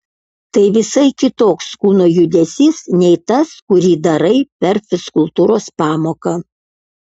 tai visai kitoks kūno judesys nei tas kurį darai per fizkultūros pamoką